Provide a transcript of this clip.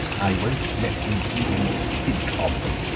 i won't let him even think of them.